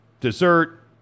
dessert